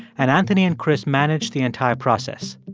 and anthony and chris managed the entire process.